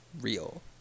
real